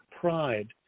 pride